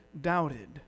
doubted